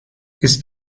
ist